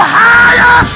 higher